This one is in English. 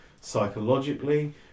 psychologically